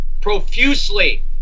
profusely